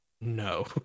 No